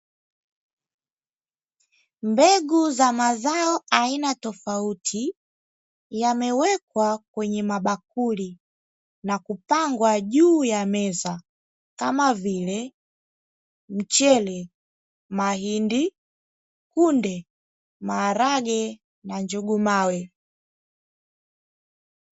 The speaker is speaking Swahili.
Mbegu za mazao aina tofauti yamewekwa kwenye mabakuli na kupangwa juu ya meza kama vile mchele, mahindi, kunde, maharage na njugu mawe.